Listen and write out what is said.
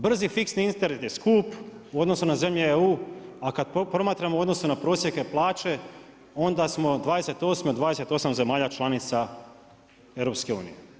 Brzi fiksni Internet je skup u odnosu na zemlje EU, a kad promatramo u odnosu na prosjeke plaće onda smo 28 od 28 zemalja članica EU.